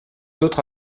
autres